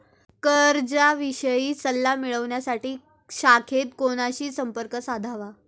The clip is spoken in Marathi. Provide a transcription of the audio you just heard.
कर्जाविषयी सल्ला मिळवण्यासाठी शाखेत कोणाशी संपर्क साधावा?